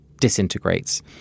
disintegrates